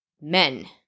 Men